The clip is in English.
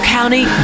County